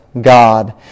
god